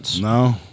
No